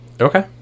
Okay